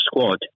squad